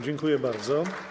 Dziękuję bardzo.